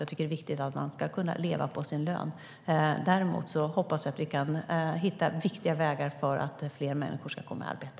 Jag tycker att det är viktigt att man kan leva på sin lön. Jag hoppas dock att vi kan hitta viktiga vägar så att fler människor kan komma i arbete.